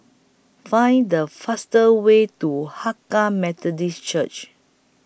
Find The fastest Way to Hakka Methodist Church